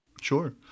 Sure